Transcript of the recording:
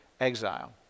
exile